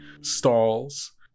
stalls